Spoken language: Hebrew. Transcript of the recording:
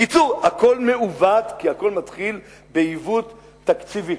בקיצור, הכול מעוות כי הכול מתחיל בעיוות תקציבי.